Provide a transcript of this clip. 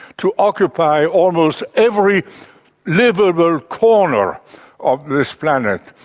to occupy almost every liveable corner of this planet.